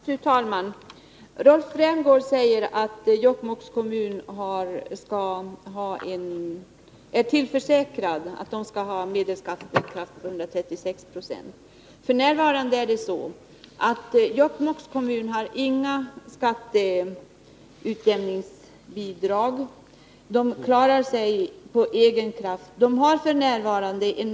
Fru talman! Rolf Rämgård säger att Jokkmokks kommun är tillförsäkrad en medelskatteklass på 136 26. F. n. har Jokkmokks kommun inga skatteutjämningsbidrag utan klarar sig på egen kraft.